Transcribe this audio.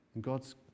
God's